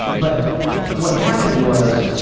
but what happened was